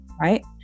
right